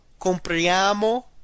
Compriamo